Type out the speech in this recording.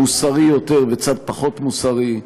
אין כאן צד מוסרי יותר וצד פחות מוסרי.